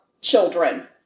children